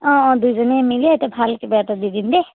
অঁ অঁ দুইজনীয়ে মিলি এটা ভাল কিবা এটা দি দিম দেই